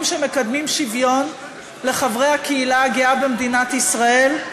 שמקדמים שוויון לחברי הקהילה הגאה בישראל,